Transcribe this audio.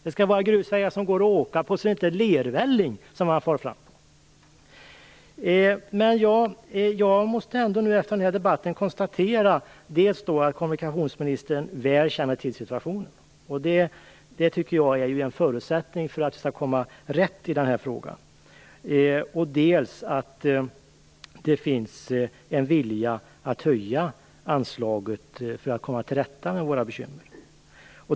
Det skall vara grusvägar som det går att åka på, så att det inte är lervälling man åker i. Jag måste efter den här debatten konstatera dels att kommunikationsministern väl känner till situationen, vilket är en förutsättning för att vi skall komma rätt i den här frågan, dels att det finns en vilja att höja anslaget för att vi skall komma till rätta med våra bekymmer.